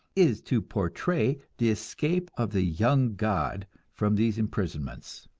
is to portray the escape of the young god from these imprisonments.